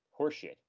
horseshit